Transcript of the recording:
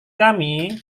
kami